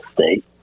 state